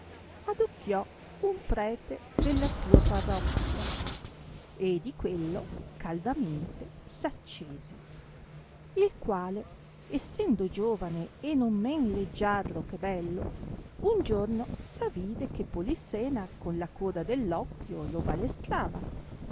d'amore adocchiò un prete della sua parrochia e di quello caldamente s'accese il quale essendo giovane e non men leggiadro che bello un giorno s'avide che polissena con la coda